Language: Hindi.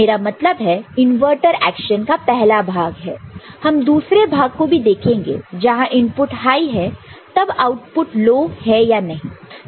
मेरा मतलब है इनवर्टर एक्शन का पहला भाग है हम दूसरे भाग को भी देखेंगे जहां इनपुट हाई है तब आउटपुट लो है या नहीं